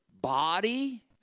body